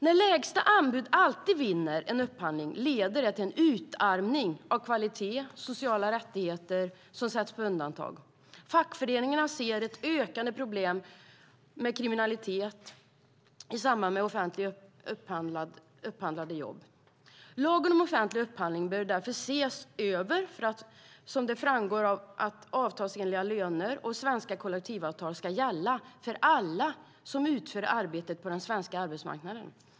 När lägsta anbud alltid vinner en upphandling leder det till en utarmning av kvalitet och till att sociala rättigheter sätts på undantag. Fackföreningarna ser ett ökande problem med kriminalitet i samband med offentligt upphandlade jobb. Lagen om offentlig upphandling bör därför ses över, så att det framgår att avtalsenliga löner och svenska kollektivavtal eller liknande villkor ska gälla för alla som utför arbete på den svenska arbetsmarknaden.